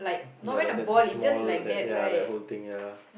ya that that small that ya that whole thing ya